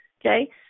Okay